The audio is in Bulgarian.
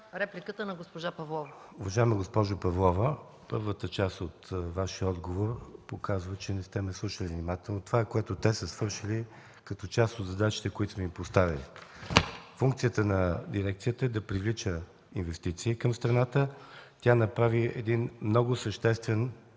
репликата на госпожа Павлова. МИНИСТЪР ИВАН ДАНОВ: Уважаема госпожо Павлова, първата част от Вашия отговор показа, че не сте ме слушали внимателно. Това те са свършили като част от задачите, които сме им поставили. Функциите на дирекцията е да привлича инвестиции към страната. Тя направи много съществен